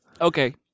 Okay